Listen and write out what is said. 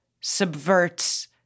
subverts